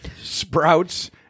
Sprouts